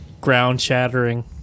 ground-shattering